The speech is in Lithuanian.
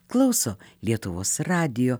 klauso lietuvos radijo